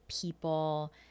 people